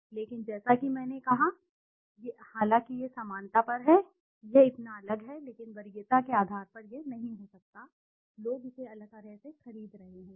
लेकिन जैसा कि मैंने कहा हालांकि यह समानता पर है यह इतना अलग है लेकिन वरीयता के आधार पर यह नहीं हो सकता है लोग इसे अलग तरह से खरीद रहे होंगे